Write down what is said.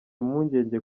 impungenge